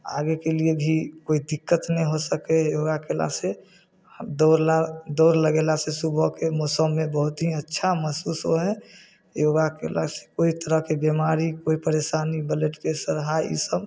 आगेके लिए भी कोइ दिक्कत नहि हो सकै योगा कएलासँ आओर दौड़ला दौड़ लगेलासँ सुबहके मौसममे बहुत ही अच्छा महसूस होइ हइ योगा कएलासँ कोइ तरहके बेमारी कोइ परेशानी ब्लड प्रेशर हाइ ईसब